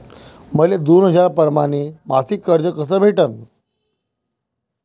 मले दोन हजार परमाने मासिक कर्ज कस भेटन?